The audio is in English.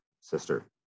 sister